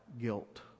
guilt